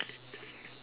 我手酸